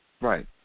Right